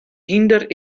hynder